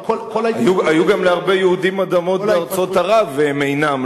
היו גם להרבה יהודים אדמות בארצות ערב והן אינן.